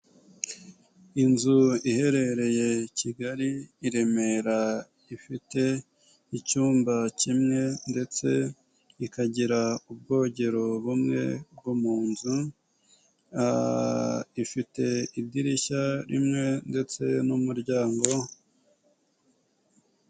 Inzu iherereye kigali i Remera ifite icyumba kimwe ndetse ikagira ubwogero bumwe bwo mu nzu, ifite idirishya rimwe ndetse n'umuryango.